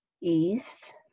east